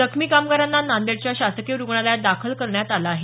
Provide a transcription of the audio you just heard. जखमी कामगारांना नांदेडच्या शासकीय रुग्णालयात दाखल करण्यात आलं आहे